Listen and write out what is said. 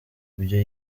byo